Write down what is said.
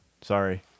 Sorry